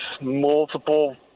multiple